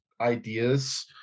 ideas